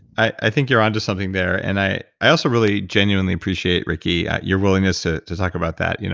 i think you're on to something there. and i i also really, genuinely appreciate, ricki, your willingness ah to talk about that. you know